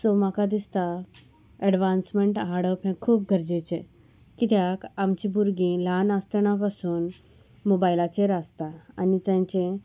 so म्हाका दिसता advancement हाडप हें खूब गरजेचें कित्याक आमचीं भुरगीं ल्हान आसतना पसून मोबायलाचेर आसता आनी तेंचें